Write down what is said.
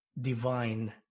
divine